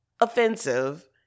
offensive